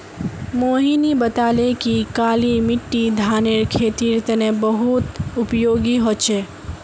मोहिनी बताले कि काली मिट्टी धानेर खेतीर तने बहुत उपयोगी ह छ